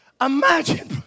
Imagine